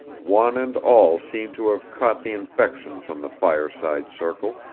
one and all seemed to have caught the infection from the fireside circle,